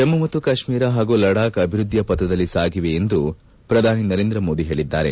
ಜಮ್ಮ ಮತ್ತು ಕಾಶ್ಮೀರ ಪಾಗೂ ಲಡಾಕ್ ಅಭಿವ್ಯದ್ಧಿಯ ಪಥದಲ್ಲಿ ಸಾಗಿವೆ ಎಂದು ಪ್ರಧಾನಿ ನರಂದ್ರ ಮೋದಿ ಹೇಳಿದ್ದಾರೆ